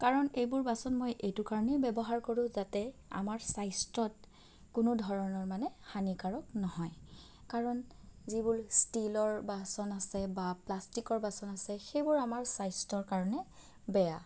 কাৰণ এইবোৰ বাচন মই এইটো কাৰণেই ব্যৱহাৰ কৰোঁ যাতে আমাৰ স্বাস্থ্যত কোনো ধৰণৰ মানে হানিকাৰক নহয় কাৰণ যিবোৰ ষ্টীলৰ বাচন আছে বা প্লাষ্টিকৰ বাচন আছে সেইবোৰ আমাৰ স্বাস্থ্যৰ কাৰণে বেয়া